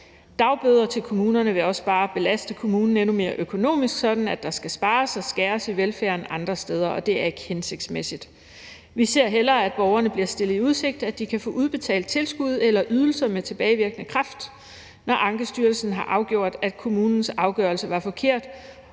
Dagbøder til kommunerne vil også bare belaste dem endnu mere økonomisk, sådan at der skal spares og skæres i velfærden andre steder, og det er ikke hensigtsmæssigt. Vi ser hellere, at borgerne bliver stillet i udsigt, at de kan få udbetalt tilskud eller ydelser med tilbagevirkende kraft, når Ankestyrelsen har afgjort, at kommunens afgørelse var forkert,